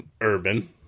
urban